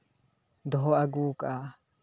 ᱫᱚᱦᱚ ᱟᱹᱜᱩ ᱟᱠᱟᱫᱟ